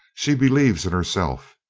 she believes in herself.